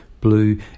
blue